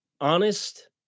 honest